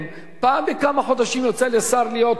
פעם בכמה חודשים יוצא לשר להיות תורן.